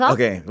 Okay